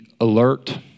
alert